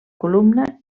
columna